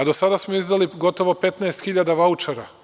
Do sada smo izdali gotovo 15.000 vaučera.